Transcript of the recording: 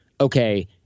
okay